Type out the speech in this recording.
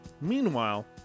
Meanwhile